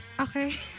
Okay